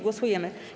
Głosujemy.